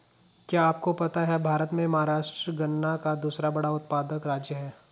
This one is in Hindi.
क्या आपको पता है भारत में महाराष्ट्र गन्ना का दूसरा बड़ा उत्पादक राज्य है?